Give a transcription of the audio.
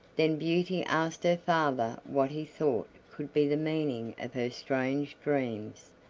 then beauty asked her father what he thought could be the meaning of her strange dreams,